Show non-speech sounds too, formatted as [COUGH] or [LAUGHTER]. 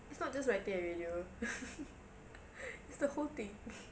it's not just writing and radio [LAUGHS] it's the whole thing [NOISE]